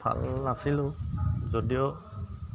ভাল নাছিলোঁ যদিও